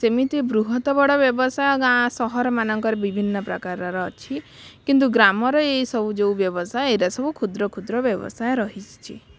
ସେମିତି ବୃହତ ବଡ଼ ବ୍ୟବସାୟ ଗାଁ ସହର ମାନଙ୍କରେ ବିଭିନ୍ନ ପ୍ରକାରର ଅଛି କିନ୍ତୁ ଗ୍ରାମରେ ଏଇସବୁ ଯେଉଁ ବ୍ୟବସାୟ ଏଇରା ସବୁ କ୍ଷୁଦ୍ର କ୍ଷୁଦ୍ର ବ୍ୟବସାୟ ରହିଛି